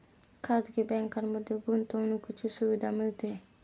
खाजगी बँकांमध्ये गुंतवणुकीची सुविधा मिळते